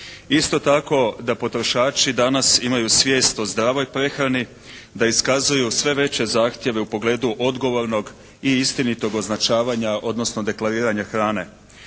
Isto tako da potrošači danas imaju svijest o zdravoj prehrani. Da iskazuju sve veće zahtjeve u pogledu odgovornog i istinitog označavanja odnosno deklariranja hrane.